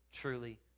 truly